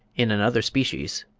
in another species,